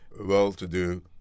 well-to-do